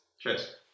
Cheers